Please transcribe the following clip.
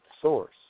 source